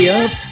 up